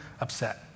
upset